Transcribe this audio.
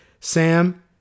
Sam